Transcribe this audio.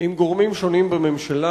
עם גורמים שונים בממשלה.